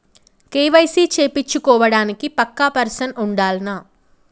KYC చేపిచ్చుకోవడానికి పక్కా person ఉండాల్నా?